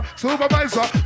supervisor